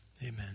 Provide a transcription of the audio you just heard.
Amen